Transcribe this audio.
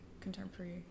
contemporary